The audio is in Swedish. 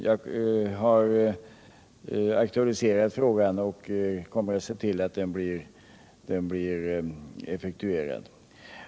Jag har aktualiserat frågan och kommer att se till att beställningen blir effektuerad.